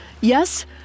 yes